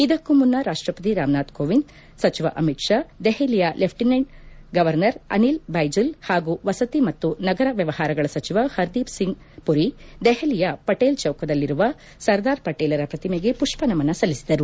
ಇದಕ್ಕೂ ಮುನ್ನ ರಾಷ್ಟ ಪತಿ ರಾಮನಾಥ್ ಕೋವಿಂದ್ ಸಚಿವ ಅಮಿತ್ ಷಾ ದೆಹಲಿಯ ಲೆಫ್ಡಿನೆಂಟ್ ಗವರ್ನರ್ ಅನಿಲ್ ಬೈಜಲ್ ಹಾಗೂ ವಸತಿ ಮತ್ತು ನಗರ ವ್ಯವಹಾರಗಳ ಸೆಚಿವ ಹರ್ದೀಪ್ ಸಿಂಗ್ ಪುರಿ ದೆಹಲಿಯ ಪಟೇಲ್ ಚೌಕದಲ್ಲಿ ಇರುವ ಸರ್ದಾರ್ ಪಟೇಲರ ಪ್ರತಿಮೆಗೆ ಪುಷ್ಪನಮನ ಸಲ್ಲಿಸಿದರು